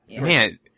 Man